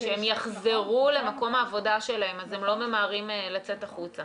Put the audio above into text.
שהם יחזרו למקום העבודה שלהם אז הם לא ממהרים לצאת החוצה.